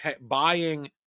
buying